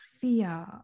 fear